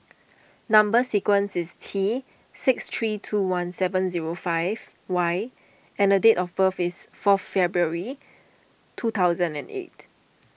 Number Sequence is T six three two one seven zero five Y and the date of birth is fourth February two thousand and eight